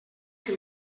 que